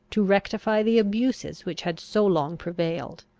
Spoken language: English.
to rectify the abuses which had so long prevailed.